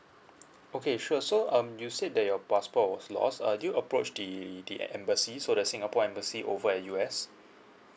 okay sure so um you said that your passport was lost err do you approach the the embassy so the singapore embassy over at U_S